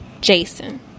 Jason